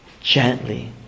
gently